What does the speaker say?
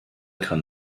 kann